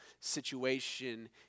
situation